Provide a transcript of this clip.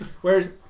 Whereas